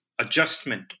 adjustment